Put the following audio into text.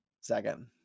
second